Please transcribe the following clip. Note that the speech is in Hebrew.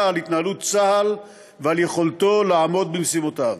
על התנהלות צה"ל ועל יכולתו לעמוד במשימותיו.